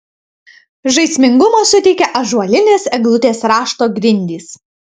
žaismingumo suteikia ąžuolinės eglutės rašto grindys